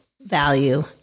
value